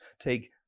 take